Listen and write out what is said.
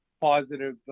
positive